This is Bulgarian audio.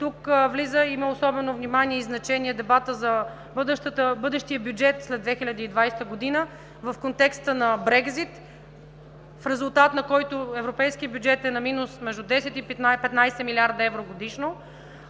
Тук особено внимание и значение има дебатът за бъдещия бюджет след 2020 г., в контекста на Брекзит, в резултат на който Европейският бюджет е на минус между 10 и 15 млрд. евро годишно.